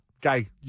guy